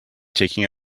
taking